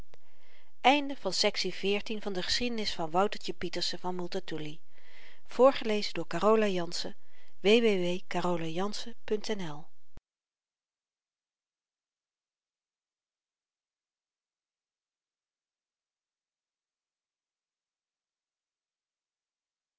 de geschiedenis van woutertje pieterse van multatuli